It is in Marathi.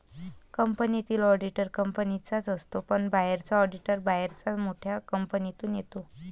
कंपनीतील ऑडिटर कंपनीचाच असतो पण बाहेरचा ऑडिटर बाहेरच्या मोठ्या कंपनीतून येतो